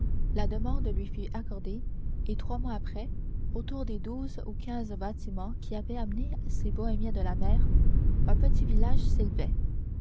la demande lui fut accordée et trois mois après autour des douze ou quinze bâtiments qui avaient amené ces bohémiens de la mer un petit village s'élevait